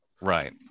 Right